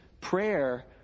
prayer